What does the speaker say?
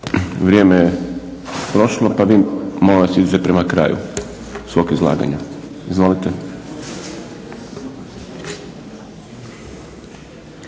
vrijeme je prošlo pa vi molim vas idite prema kraju svog izlaganja. Izvolite.